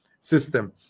system